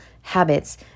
habits